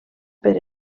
per